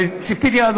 וציפיתי אז,